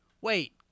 wait